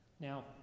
Now